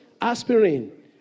Aspirin